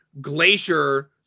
Glacier